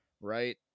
Right